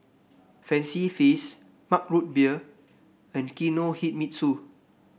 Fancy Feast Mug Root Beer and Kinohimitsu